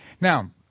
Now